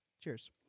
Cheers